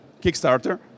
Kickstarter